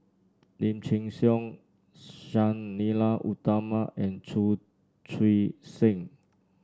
Lim Chin Siong Sang Nila Utama and Chu Chee Seng